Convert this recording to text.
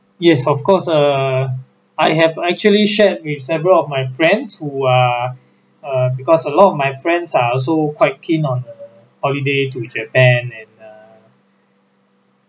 yes of course err I have actually shared with several of my friends who are uh because a lot of my friends are also quite keen on a holiday to japan and ah